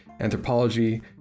anthropology